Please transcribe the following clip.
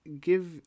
give